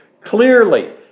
clearly